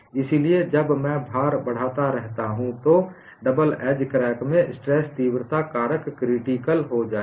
इसलिए जब मैं भार बढ़ाता रहता हूं तो डबल एज क्रैक में स्ट्रेस तीव्रता कारक क्रिटिकल हो जाएगा